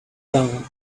down